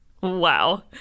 Wow